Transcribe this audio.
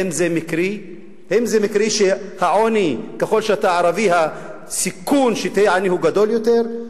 אין זה מקרי שאם אתה ערבי הסיכון שתהיה עני הוא גדול יותר,